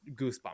goosebumps